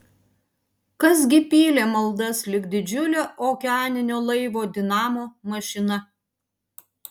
kas gi pylė maldas lyg didžiulio okeaninio laivo dinamo mašina